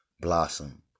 blossom